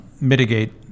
mitigate